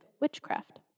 witchcraft